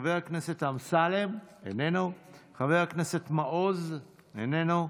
חבר הכנסת אמסלם, איננו, חבר הכנסת מעוז, איננו,